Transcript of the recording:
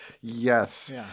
Yes